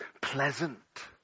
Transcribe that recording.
pleasant